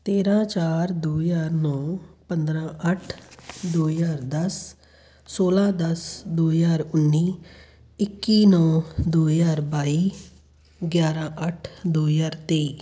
ਤੇਰਾਂ ਚਾਰ ਦੋ ਹਜ਼ਾਰ ਨੌਂ ਪੰਦਰਾਂ ਅੱਠ ਦੋ ਹਜ਼ਾਰ ਦਸ ਸੌਲਾਂ ਦਸ ਦੋ ਹਜ਼ਾਰ ਉੱਨੀ ਇੱਕੀ ਨੌਂ ਦੋ ਹਜ਼ਾਰ ਬਾਈ ਗਿਆਰਾਂ ਅੱਠ ਦੋ ਹਜ਼ਾਰ ਤੇਈ